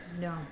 No